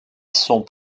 son